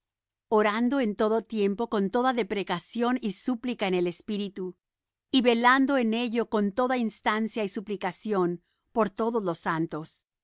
orando en todo tiempo con toda deprecación y súplica en el espíritu y velando en ello con toda instancia y suplicación por todos los santos